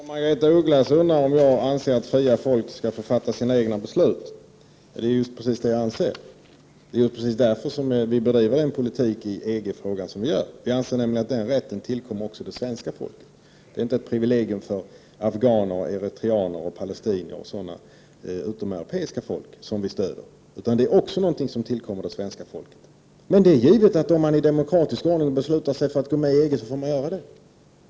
Fru talman! Margaretha af Ugglas undrar om jag anser att fria folk skall få fatta sina egna beslut. Det är just precis det som jag anser, och det är därför som vi bedriver den politik i EG-frågan som vi gör. Vi anser nämligen att den rätten tillkommer också det svenska folket. Det är inte ett privilegium för afghaner, eritreaner, palestinier och andra utomeuropeiska folk som vi ger vårt stöd. Det är givet att om man i demokratisk ordning beslutat sig för att gå med i EG, bör man göra detta.